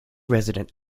resident